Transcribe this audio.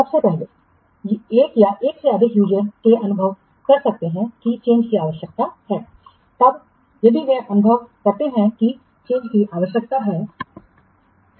सबसे पहले एक या एक से अधिक यूजर वे अनुभव कर सकते हैं कि चेंज की आवश्यकता है तब यदि वे अनुभव करते हैं कि चेंज की आवश्यकता है